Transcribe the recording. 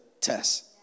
test